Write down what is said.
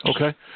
Okay